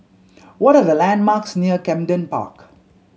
what are the landmarks near Camden Park